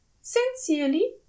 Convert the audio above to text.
Sincerely